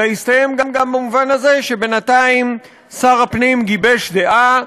אלא הסתיים גם במובן שבינתיים שר הפנים גיבש דעה,